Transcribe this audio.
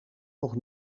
nog